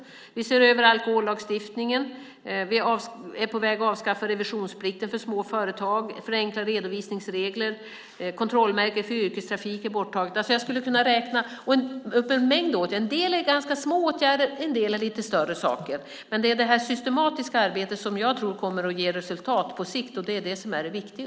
Vi ser över alkohollagstiftningen. Vi är på väg att avskaffa revisionsplikten för små företag och förenkla redovisningsregler, och kontrollmärket för yrkestrafik är borttaget. Jag skulle kunna räkna upp ytterligare en mängd åtgärder. En del är ganska små åtgärder, en del lite större saker. Det är det systematiska arbetet som jag tror kommer att ge resultat på sikt, och det är det som är det viktiga.